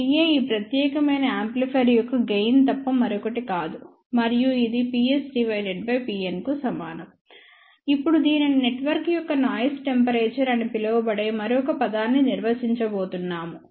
Ga ఈ ప్రత్యేకమైన amplifier యొక్క గెయిన్ తప్ప మరొకటి కాదు మరియు ఇది PsPn కు సమానం ఇప్పుడు దీనిని నెట్వర్క్ యొక్క నాయిస్ టెంపరేచర్ అని పిలువబడే మరొక పదాన్ని నిర్వచించబోతున్నాము